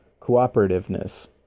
cooperativeness